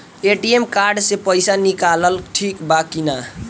ATM card से पईसा निकालल ठीक बा की ना?